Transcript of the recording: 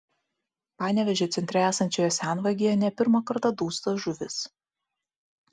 panevėžio centre esančioje senvagėje ne pirmą kartą dūsta žuvys